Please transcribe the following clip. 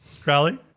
Crowley